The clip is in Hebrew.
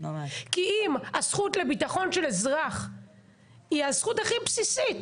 כי אם הזכות לביטחון של אזרח היא הזכות הכי בסיסית,